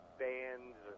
bands